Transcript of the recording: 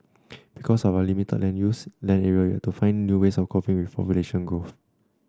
because of our limited land use land area we had to find new ways of coping with population growth